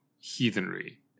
heathenry